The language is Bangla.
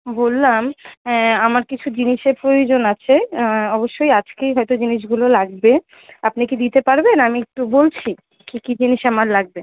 বললাম আমার কিছু জিনিসের প্রয়োজন আছে অবশ্যই আজকেই হয়তো জিনিসগুলো লাগবে আপনি কি দিতে পারবেন আমি একটু বলছি কী কী জিনিস আমার লাগবে